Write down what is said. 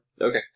Okay